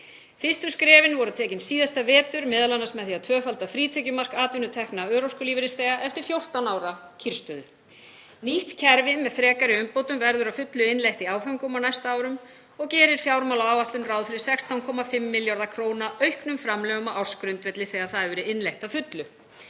Fyrstu skrefin voru tekin síðasta vetur, m.a. með því að tvöfalda frítekjumark atvinnutekna örorkulífeyrisþega eftir 14 ára kyrrstöðu. Nýtt kerfi með frekari umbótum verður að fullu innleitt í áföngum á næstu árum og gerir fjármálaáætlun ráð fyrir 16,5 milljarða kr. auknum framlögum á ársgrundvelli þegar það hefur verið innleitt að fullu.